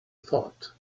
thought